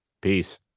Peace